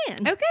Okay